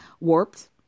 warped